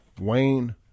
Wayne